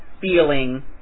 feeling